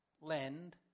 lend